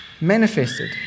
manifested